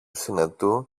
συνετού